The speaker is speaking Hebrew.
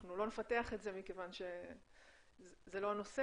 אנחנו לא נפתח את זה מכיוון שזה לא הנושא,